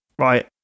Right